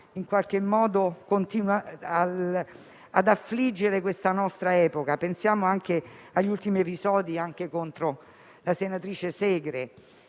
l'odio che continua ad affliggere la nostra epoca. Pensiamo anche agli ultimi episodi contro la senatrice Segre.